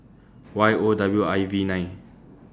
Y O W I V nine